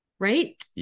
right